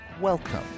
Welcome